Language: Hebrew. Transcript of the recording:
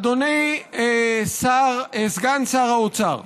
אדוני סגן שר האוצר,